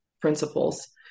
principles